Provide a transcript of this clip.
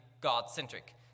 God-centric